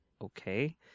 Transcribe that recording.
Okay